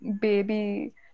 baby